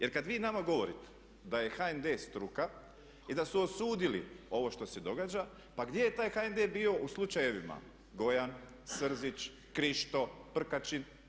Jer kada vi nama govorite da je HND struka i da su osudili ovo što se događa pa gdje je taj HND bio u slučajevima Gojan, Srzić, Krišto, Prkačin?